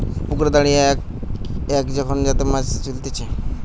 পুকুরে দাঁড়িয়ে এক এক যখন হাতে মাছ তুলতিছে